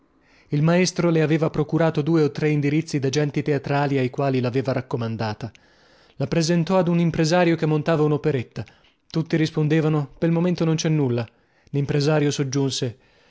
il maestro le aveva procurato due o tre indirizzi dagenti teatrali ai quali laveva raccomandata la presentò ad un impresario che montava unoperetta tutti rispondevano pel momento non cè nulla limpresario soggiunge